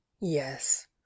yes